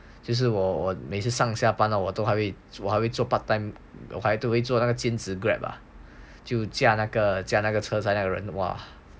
其实我每天上下班了我还会做 part-time 做那个兼职 Grab ah 就驾那个车驾那个人